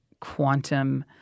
quantum